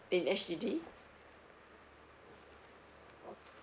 in S_G_D